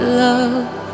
love